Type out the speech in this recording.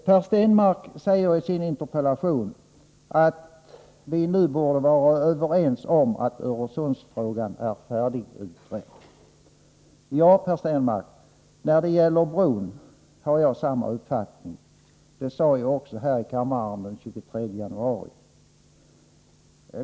Per Stenmarck säger i sin interpellation att vi nu borde vara överens om att Öresundsfrågan är färdigutredd. Ja, Per Stenmarck, när det gäller bron har jag samma uppfattning, och det sade jag också här i kammaren den 23 januari.